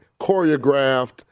choreographed